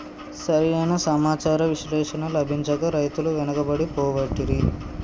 సరి అయిన సమాచార విశ్లేషణ లభించక రైతులు వెనుకబడి పోబట్టిరి